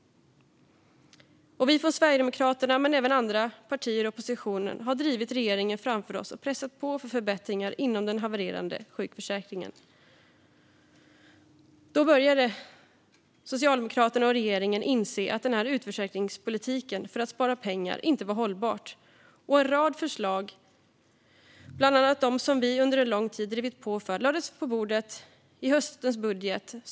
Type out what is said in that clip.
Vi från Sverigedemokraterna men även andra partier i oppositionen har sedan drivit regeringen framför oss och pressat på för förbättringar inom den havererade sjukförsäkringen. Till slut började Socialdemokraterna och regeringen inse att den här utförsäkringspolitiken för att spara pengar inte var hållbar, och en rad förslag, bland annat dem som vi under en lång tid drivit på för, lades på bordet i höstens budget.